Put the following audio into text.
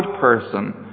person